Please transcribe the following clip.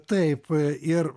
taip ir